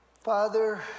Father